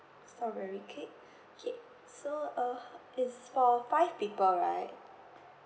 strawberry cake K so uh it's for five people right